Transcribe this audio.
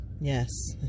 yes